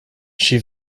she